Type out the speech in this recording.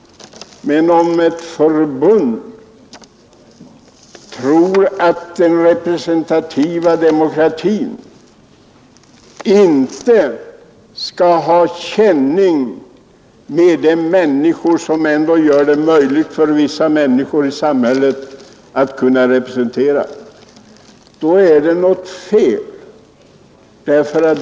Men om ett förbund tror att den representativa demokratin inte skall ha känning med de människor som ändå gör det möjligt för vissa personer i samhället att representera dem då är det något fel.